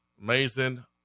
Amazing